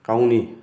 गावनि